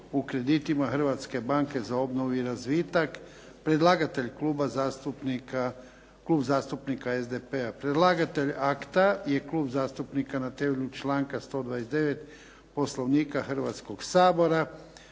Hrvatske banke za obnovu i razvitak Predlagatelj Klub zastupnika SDP-a. Predlagatelj akta je Klub zastupnika na temelju članka 129. Poslovnika Hrvatskog sabora.